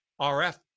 RF